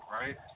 right